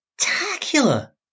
spectacular